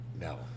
no